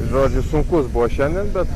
žodžiu sunkus buvo šiandien bet